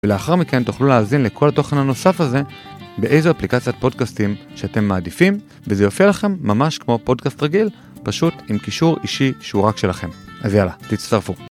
ולאחר מכן תוכלו להאזין לכל התוכן הנוסף הזה באיזו אפליקציית פודקאסטים שאתם מעדיפים וזה יופיע לכם ממש כמו פודקאסט רגיל, פשוט עם קישור אישי שהוא רק שלכם. אז יאללה, תצטרפו.